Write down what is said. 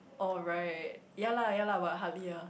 oh right ya lah ya lah but hardly ah